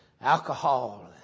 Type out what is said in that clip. alcohol